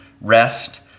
rest